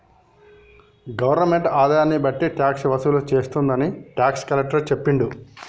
government ఆదాయాన్ని బట్టి tax వసూలు చేస్తుందని టాక్స్ కలెక్టర్ చెప్పిండు